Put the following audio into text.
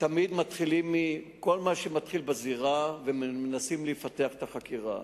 תמיד מתחילים מכל מה שמתחיל בזירה ומנסים לפתח את החקירה.